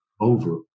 over